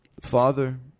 Father